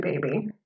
baby